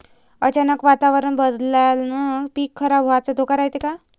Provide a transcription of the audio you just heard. अचानक वातावरण बदलल्यानं पीक खराब व्हाचा धोका रायते का?